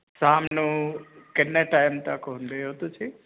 ਸ਼ਾਮ ਨੂੰ ਕਿੰਨੇ ਟਾਈਮ ਤੱਕ ਹੁੰਦੇ ਹੋ ਤੁਸੀਂ